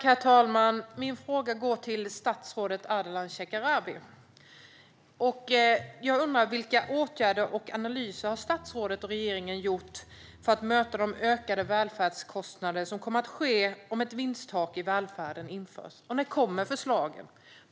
Herr talman! Min fråga går till statsrådet Ardalan Shekarabi. Jag undrar vilka åtgärder och analyser statsrådet och regeringen har gjort för att möta de ökade välfärdskostnaderna om ett vinsttak i välfärden införs. När kommer förslagen?